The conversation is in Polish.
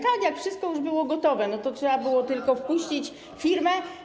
Tak, jak wszystko już było gotowe, to trzeba było tylko wpuścić firmę.